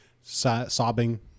Sobbing